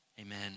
amen